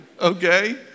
okay